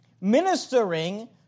ministering